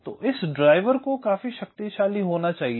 तो इस ड्राइवर को काफी शक्तिशाली होना चाहिए